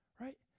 right